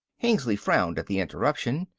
hengly frowned at the interruption,